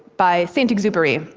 by saint-exupery.